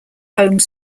home